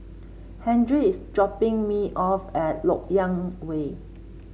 Henri is dropping me off at LoK Yang Way